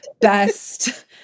best